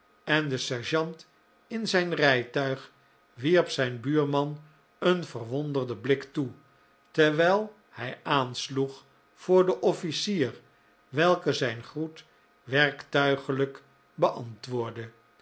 en de sergeant in zijn rijtuig wierp zijn buurman een verwonderden blik toe terwijl hij aansloeg voor den officier welke zijn groet werktuigelijk beantwoordde